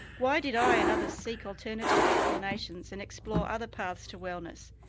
why did i and others seek alternative explanations and explore other paths to wellness?